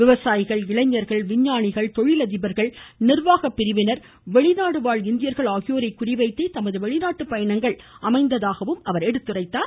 விவசாயிகள் இளைஞர்கள் விஞ்ஞானிகள் தொழில் அதிபர்கள் நிர்வாக பிரிவினர் மற்றும் வெளிநாடு வாழ் இந்தியர்கள் ஆகியோரை குறிவைத்தே தமது வெளிநாட்டு பயணங்கள் அமைந்ததாக கூறினார்